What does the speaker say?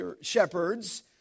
shepherds